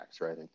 Right